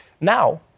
now